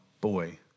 boy